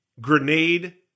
grenade